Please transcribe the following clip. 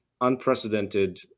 unprecedented